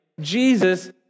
Jesus